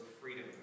freedom